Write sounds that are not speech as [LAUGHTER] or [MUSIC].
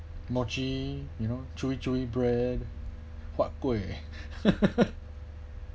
mochi you know joy joy bread huat kueh [LAUGHS]